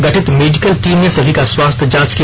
गठित medical team ने सभी का स्वास्थ्य जांच किया